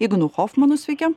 ignu hofmanu sveiki